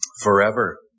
forever